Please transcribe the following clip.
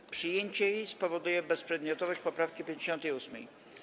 Jej przyjęcie spowoduje bezprzedmiotowość poprawki 58.